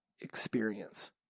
experience